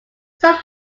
some